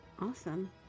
Awesome